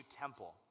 temple